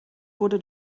wurde